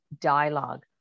dialogue